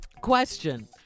Question